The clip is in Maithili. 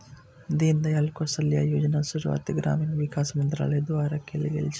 दीनदयाल कौशल्य योजनाक शुरुआत ग्रामीण विकास मंत्रालय द्वारा कैल गेल छै